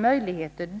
Hädanefter finns det möjlighet —